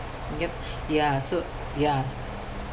yup ya so ya